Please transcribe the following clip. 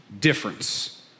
difference